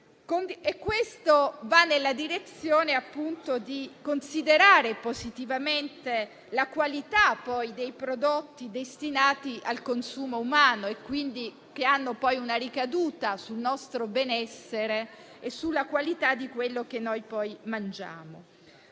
Questo va nella direzione di considerare positivamente la qualità dei prodotti destinati al consumo umano, che hanno poi una ricaduta sul nostro benessere e sulla qualità di quello che noi mangiamo.